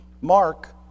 Mark